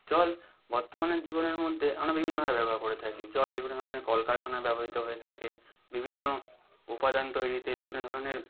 জল বর্তমানের জীবনের মধ্যে আমরা বিভিন্নভাবে ব্যবহার করে থাকি জল বিভিন্ন ধরনের কলকারখানায় ব্যবহৃত হয়ে থাকে বিভিন্ন উপাদান তৈরিতে বিভিন্ন ধরনের